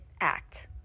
act